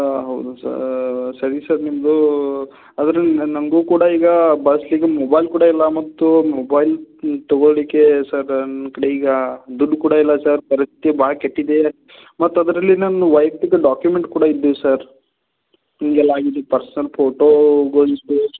ಹೌದು ಸರ್ ಸರಿ ಸರ್ ನಿಮ್ಮದು ಅದರಿಂದ ನನಗೂ ಕೂಡ ಈಗ ಬಸ್ಸಿಗೆ ಮೊಬೈಲ್ ಕೂಡ ಇಲ್ಲ ಮತ್ತು ಮೊಬೈಲ್ ತಗೊಳ್ಲಿಕ್ಕೆ ಸರ್ ನನ್ನ ಕಡೆ ಈಗ ದುಡ್ಡು ಕೂಡ ಇಲ್ಲ ಸರ್ ಪರಿಸ್ಥಿತಿ ಭಾಳ್ ಕೆಟ್ಟಿದೆ ಮತ್ತು ಅದರಲ್ಲಿ ನನ್ನ ವೈಯಕ್ತಿಕ ಡಾಕ್ಯುಮೆಂಟ್ ಕೂಡ ಇದೆ ಸರ್ ಹಿಂಗೆಲ್ಲ ಆಗಿದ್ದಿದ್ದ ಪರ್ಸ್ನಲ್ ಫೋಟೋ ಗೊಂತು